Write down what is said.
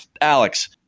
Alex